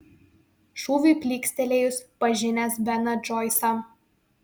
šūviui plykstelėjus pažinęs beną džoisą